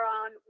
on